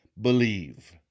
believe